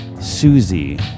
Susie